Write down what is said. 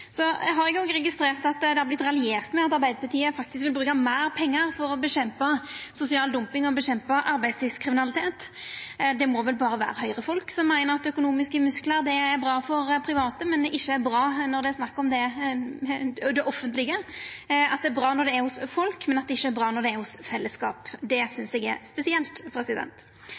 har òg registrert at det har vorte raljert med at Arbeidarpartiet vil bruka meir pengar for å kjempa mot sosial dumping og mot arbeidslivskriminalitet. Det må vel berre vera Høgre-folk som meiner at økonomiske musklar er bra for private, men ikkje er bra når det er snakk om det offentlege, at det er bra når det er hos folk, men at det ikkje er bra når det er hos fellesskapet. Det synest eg er spesielt.